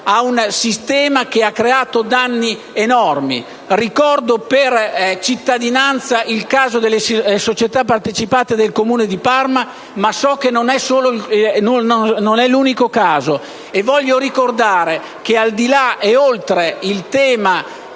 ad un sistema che ha creato danni enormi. Ricordo "per cittadinanza" il caso delle società partecipate del Comune di Parma, ma so che non è l'unico caso. Voglio ricordare che, al di là e oltre il tema